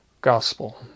gospel